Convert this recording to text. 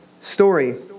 story